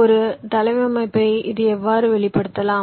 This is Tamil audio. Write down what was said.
ஒரு தளவமைப்பை இது எவ்வாறு வெளிப்படுத்தலாம்